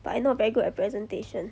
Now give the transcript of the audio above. but I not very good at presentation